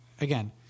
again